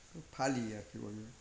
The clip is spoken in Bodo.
खौ फालियो आरोखि बयबो